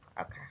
Okay